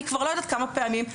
אני לא יודעת כבר כמה פעמים,